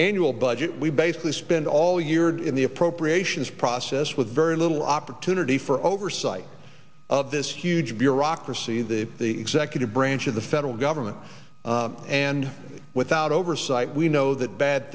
annual budget we basically spend all year and in the appropriations process with very little opportunity for oversight of this huge bureaucracy the the executive branch of the federal government and without oversight we know that bad